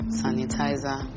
sanitizer